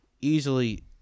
easily